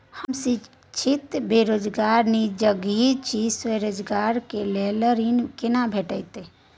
हम शिक्षित बेरोजगार निजगही छी, स्वरोजगार के लेल ऋण केना भेटतै?